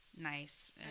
nice